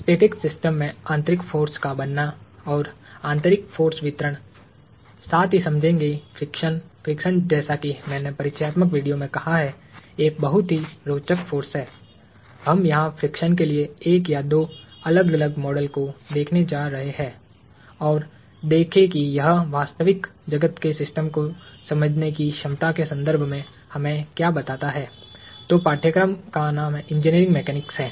static system में आतंरिक force का बनना और आतंरिक फ़ोर्स वितरण साथ ही समझेंगे फ्रिक्शन फ्रिक्शन जैसा कि मैंने परिचयात्मक वीडियो में कहा है एक बहुत ही रोचक फोर्स है हम यहाँ फ्रिक्शन के लिए एक या दो अलग अलग मॉडल को देखने जा रहे हैं और देखें कि यह वास्तविक वास्तविक जगत के सिस्टम को समझने की क्षमता के संदर्भ में हमें क्या बताता है तो पाठ्यक्रम का इंजीनियरिंग मैकेनिक्स है